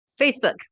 Facebook